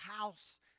house